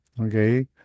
okay